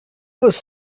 was